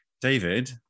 David